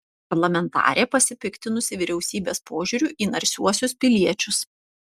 parlamentarė pasipiktinusi vyriausybės požiūriu į narsiuosius piliečius